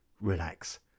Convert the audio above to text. relax